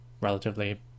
relatively